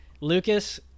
Lucas